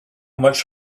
much